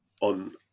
On